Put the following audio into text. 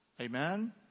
Amen